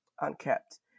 unkept